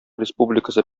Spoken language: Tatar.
республикасы